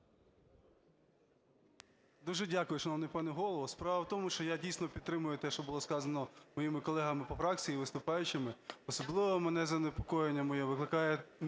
Дуже дякую, шановний пане Голово. Справа в тому, що я дійсно підтримую те, що було сказано моїми колегами по фракції і виступаючими. Особливо занепокоєння моє викликає